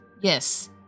Yes